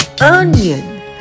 onion